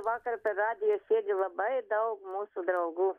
vakar per radiją sėdi labai daug mūsų draugų